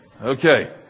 Okay